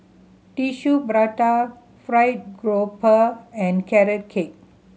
Tissue Prata fried grouper and Carrot Cake